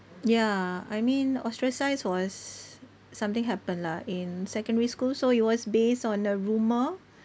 ya I mean ostracised was something happen lah in secondary school so it was based on a rumour